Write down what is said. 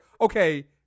okay